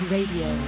Radio